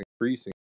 increasing